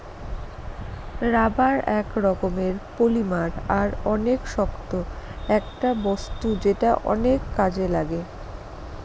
rubber এক রকমের polymer আর অনেক শক্ত একটা বস্তু যেটা অনেক কাজে লাগে